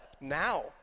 now